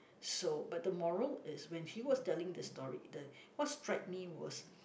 so but the moral is when he was telling the story the what strike me was